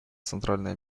центральное